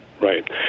Right